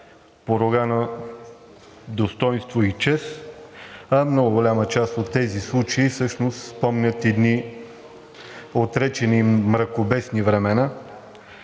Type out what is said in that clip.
поругано достойнство и чест, а много голяма част от тези случаи всъщност помнят и едни отречени, мракобесни времена,